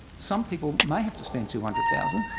some people may have to spend two hundred thousand